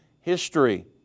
history